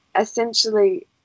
Essentially